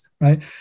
right